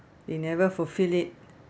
they never fulfil it